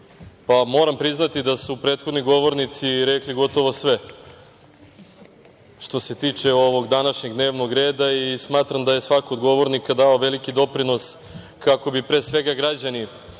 moram priznati da su prethodni govornici rekli gotovo sve što se tiče ovog današnjeg dnevnog reda i smatram da je svako od govornika dao veliki doprinos kako bi pre svega građani